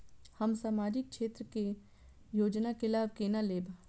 हम सामाजिक क्षेत्र के योजना के लाभ केना लेब?